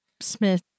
smith